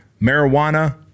marijuana